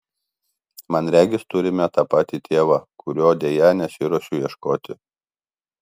man regis turime tą patį tėvą kurio deja nesiruošiu ieškoti